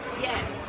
Yes